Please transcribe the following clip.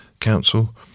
Council